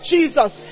Jesus